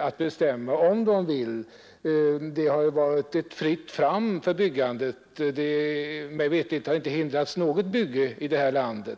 att bestämma om de vill bygga eller inte. Det har varit ett fritt fram för byggande; mig veterligt har inte någon hindrats att bygga i detta land.